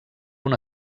una